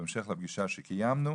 בהמשך לפגישה שקיימנו